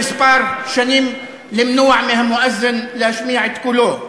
שנים למנוע מהמואזין להשמיע את קולו.